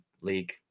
League